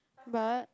but